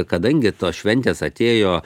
kadangi tos šventės atėjo